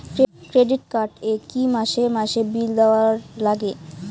Credit card এ কি মাসে মাসে বিল দেওয়ার লাগে?